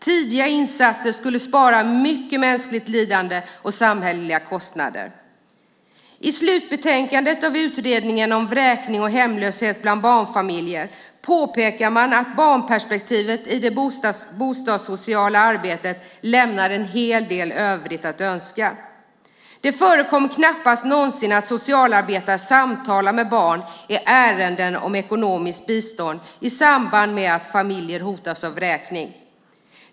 Tidiga insatser skulle spara mycket mänskligt lidande och samhälleliga kostnader. I slutbetänkandet från Utredningen om vräkning och hemlöshet bland barnfamiljer påpekar man att barnperspektivet i det bostadssociala arbetet lämnar en hel del övrigt att önska. Det förekommer knappast någonsin att socialarbetare samtalar med barn i ärenden om ekonomiskt bistånd i samband med att familjer hotas av vräkning.